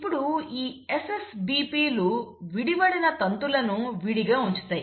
ఇప్పుడు ఈ SSBPలు విడివడిన తంతులను విడిగా ఉంచుతాయి